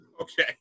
okay